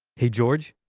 hey, george.